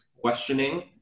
questioning